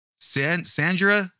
Sandra